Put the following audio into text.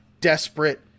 desperate